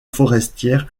forestière